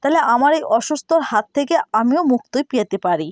তাহলে আমার এই অসুস্থর হাত থেকে আমিও মুক্ত পেতে পারি